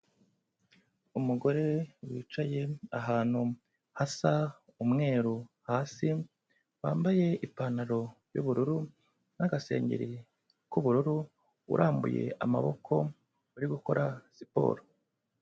Umugore wicaye ahantu hasa umweru hasi, wambaye ipantaro y'ubururu n'agasengeri k'ubururu, urambuye amaboko uri gukora siporo.